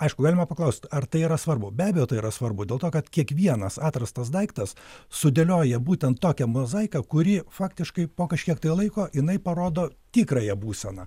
aišku galima paklaust ar tai yra svarbu be abejo tai yra svarbu dėl to kad kiekvienas atrastas daiktas sudėlioja būtent tokią mozaiką kuri faktiškai po kažkiek tai laiko jinai parodo tikrąją būseną